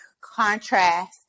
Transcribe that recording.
contrast